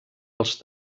els